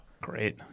Great